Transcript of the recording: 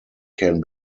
can